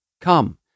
come